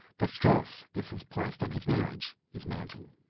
the stress this has placed on his marriage, is mounting.